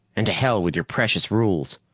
and to hell with your precious rules.